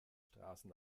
straßen